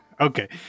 Okay